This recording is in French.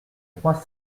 trois